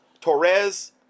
Torres-